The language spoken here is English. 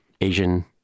Asian